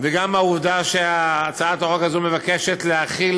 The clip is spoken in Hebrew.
וגם העובדה שבהצעת החוק הזאת מוצע להחיל